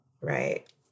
right